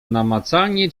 namacalnie